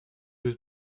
was